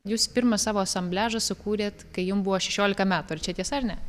jūs pirmą savo asambliažą sukūrėt kai jum buvo šešiolika metų ar čia tiesa ar ne